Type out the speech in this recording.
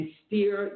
steer